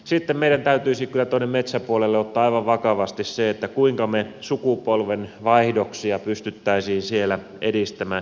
sitten meidän täytyisi kyllä metsäpuolella ottaa aivan vakavasti se kuinka me sukupolvenvaihdoksia pystyisimme siellä edistämään